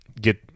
get